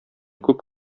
күп